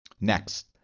Next